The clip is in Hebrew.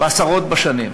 בעשרות בשנים.